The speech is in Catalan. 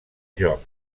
joc